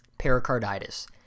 pericarditis